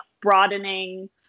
broadening